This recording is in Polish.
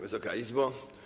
Wysoka Izbo!